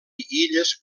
illes